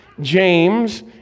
James